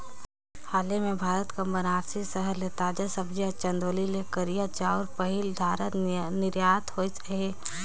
हाले में भारत कर बारानसी सहर ले ताजा सब्जी अउ चंदौली ले करिया चाँउर पहिल धाएर निरयात होइस अहे